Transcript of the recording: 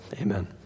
Amen